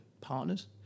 partners